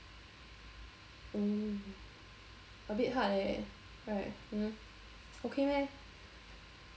mm a bit hard eh right hmm okay meh